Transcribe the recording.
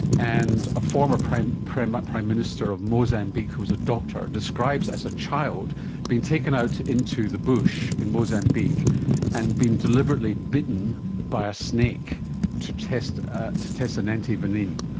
and a former prime prime minister of mozambique who was a doctor, describes as a child being taken out into the bush in mozambique and being deliberately bitten by a snake to test ah to test an anti-venom.